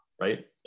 right